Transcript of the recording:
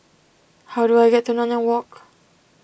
how do I get to Nanyang Walk